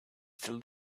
still